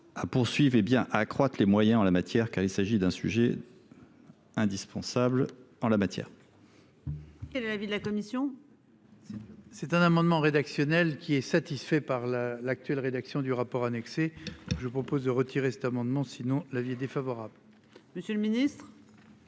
Ah poursuivent hé bien accroître les moyens en la matière, qu'il s'agit d'un sujet. Indispensable en la matière. Quel est l'avis de la commission. C'est un amendement rédactionnel qui est satisfait par la l'actuelle rédaction du rapport annexé. Je propose de retirer cet amendement sinon l'avis est défavorable. Monsieur le ministre.